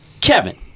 Kevin